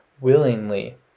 willingly